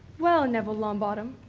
well neville longbottom,